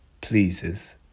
pleases